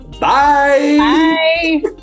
bye